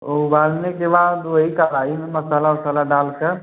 वो उबालने के बाद वही कढ़ाई में मसाला उसाला डालकर